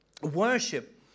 Worship